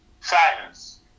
Silence